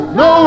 no